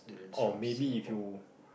or maybe if you